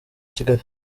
kigali